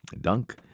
Dunk